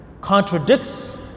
contradicts